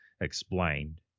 explained